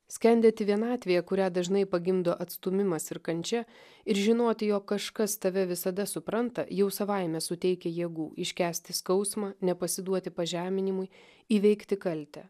skendėti vienatvėje kurią dažnai pagimdo atstūmimas ir kančia ir žinoti jog kažkas tave visada supranta jau savaime suteikia jėgų iškęsti skausmą nepasiduoti pažeminimui įveikti kaltę